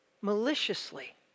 maliciously